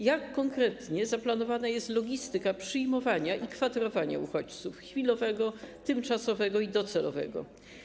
Jak konkretnie zaplanowana jest logistyka przyjmowania i kwaterowania uchodźców, chwilowego, tymczasowego i docelowego?